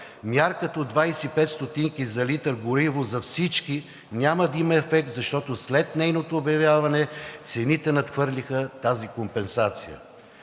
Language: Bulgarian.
Мярката от 25 стотинки за литър гориво за всички няма да има ефект, защото след нейното обявяване цените надхвърлиха тази компенсация.